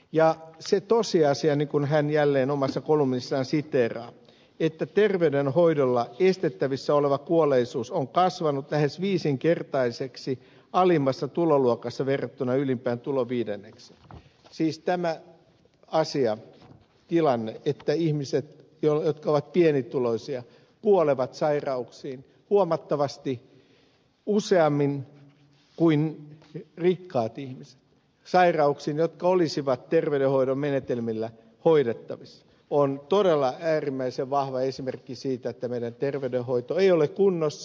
ja se tosiasia niin kuin hän jälleen omassa kolumnissaan siteeraa että terveydenhoidolla estettävissä oleva kuolleisuus on kasvanut lähes viisinkertaiseksi alimmassa tuloluokassa verrattuna ylimpään tuloviidennekseen siis tämä asia tilanne että ihmiset jotka ovat pienituloisia kuolevat sairauksiin huomattavasti useammin kuin rikkaat ihmiset sairauksiin jotka olisivat terveydenhoidon menetelmillä hoidettavissa on todella äärimmäisen vahva esimerkki siitä että meidän terveydenhoitomme ei ole kunnossa